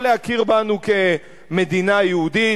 לא להכיר בנו כמדינה יהודית,